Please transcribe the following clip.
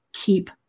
keep